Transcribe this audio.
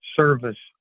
Service